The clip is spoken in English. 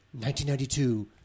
1992